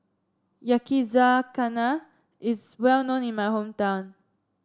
Yakizakana is well known in my hometown